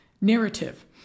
narrative